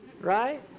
right